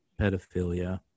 pedophilia